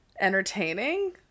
entertaining